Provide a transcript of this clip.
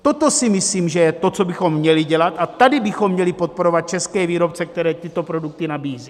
Toto si myslím, že je to, co bychom měli dělat, a tady bychom měli podporovat české výrobce, kteří tyto produkty nabízí.